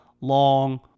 long